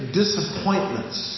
disappointments